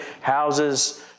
houses